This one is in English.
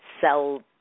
sell